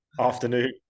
afternoon